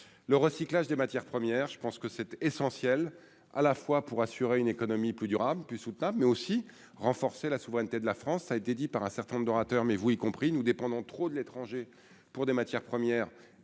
le recyclage des matières premières, je pense que c'est essentiel à la fois pour assurer une économie plus durable, plus soutenable, mais aussi renforcer la souveraineté de la France a été dit par un certain nombre d'orateurs mais vous y compris, nous dépendons trop de l'étranger pour des matières premières,